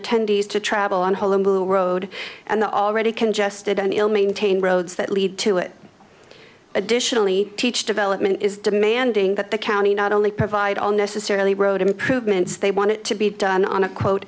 attendees to travel on whole who rode and the already congested and ill maintained roads that lead to it additionally teach development is demanding that the county not only provide all necessarily road improvements they want it to be done on a quote